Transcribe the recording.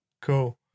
cool